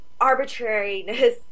arbitrariness